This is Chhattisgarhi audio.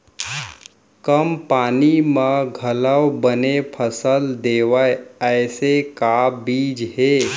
कम पानी मा घलव बने फसल देवय ऐसे का बीज हे?